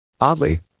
Oddly